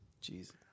Jesus